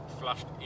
flushed